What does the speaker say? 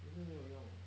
then 现在没有用